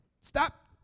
Stop